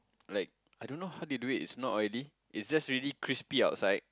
like I don't know how they do it it's not oily it's just really crispy outside